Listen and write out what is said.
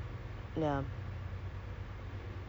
look at the computer and then there's